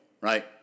Right